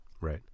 right